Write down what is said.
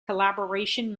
collaboration